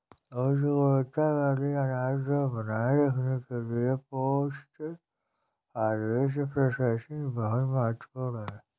उच्च गुणवत्ता वाले अनाज को बनाए रखने के लिए पोस्ट हार्वेस्ट प्रोसेसिंग बहुत महत्वपूर्ण है